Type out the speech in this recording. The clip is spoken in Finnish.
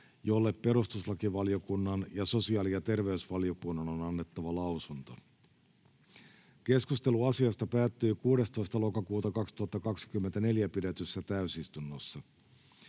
jolle perustuslakivaliokunnan ja sosiaali- ja terveysvaliokunnan on annettava lausunto. Keskustelu asiasta päättyi 16.10.2024 pidetyssä täysistunnossa.